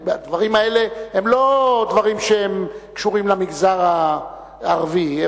הדברים האלה הם לא דברים שקשורים למגזר הערבי,